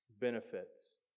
benefits